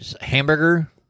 hamburger